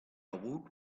woot